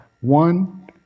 One